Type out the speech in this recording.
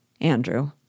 Andrew